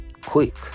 quick